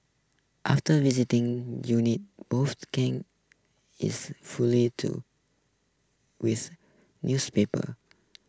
after visiting units both game is fully to with newspapers